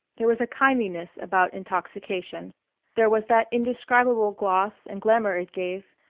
there was a kindliness about intoxication there was that indescribable gloss and glamour it gave,